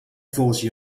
force